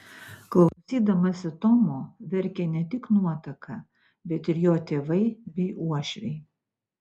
klausydamasi tomo verkė ne tik nuotaka bet ir jo tėvai bei uošviai